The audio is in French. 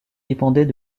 dépendait